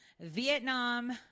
Vietnam